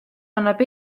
annab